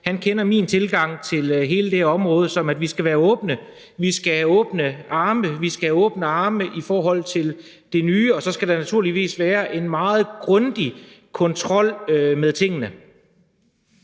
kender min tilgang til hele det her område, som er, at vi skal være åbne. Vi skal have åbne arme i forhold til det nye, og så skal der naturligvis være en meget grundig kontrol med tingene.